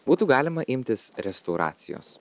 būtų galima imtis restauracijos